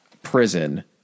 Prison